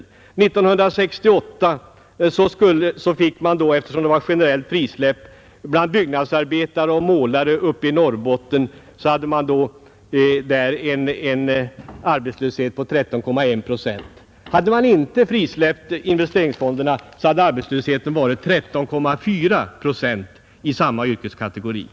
1968, när det var generellt frisläpp, fanns bland byggnadsarbetare och målare uppe i Norrbotten en arbetslöshet på 13,1 procent. Hade man inte frisläppt investeringsfonderna, hade arbetslösheten varit 13,4 procent där i samma yrkeskategorier.